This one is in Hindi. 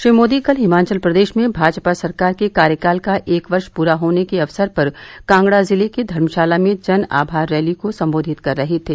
श्री मोदी कल हिमाचल प्रदेश में भाजपा सरकार के कार्यकाल का एक वर्ष पूरा होने के अवसर पर कांगड़ा जिले के धर्मशाला में जन आभार रैली को संबोधित कर रहे थे